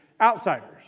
Outsiders